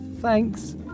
Thanks